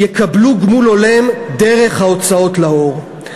יקבלו גמול הולם דרך ההוצאות לאור,